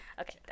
Okay